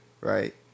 right